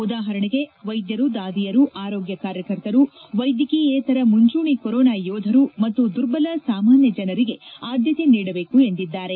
ಉದಾಹರಣೆಗೆ ವೈದ್ಯರು ದಾದಿಯರು ಆರೋಗ್ಯ ಕಾರ್ಯಕರ್ತರು ವೈದ್ಯಕೀಯೇತರ ಮುಂಚೂಣಿ ಕೋರೊನಾ ಯೋಧರು ಮತ್ತು ದುರ್ಬಲ ಸಾಮಾನ್ಯ ಜನರಿಗೆ ಆದ್ಯತೆ ನೀಡಬೇಕು ಎಂದಿದ್ದಾರೆ